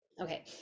okay